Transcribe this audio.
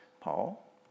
Paul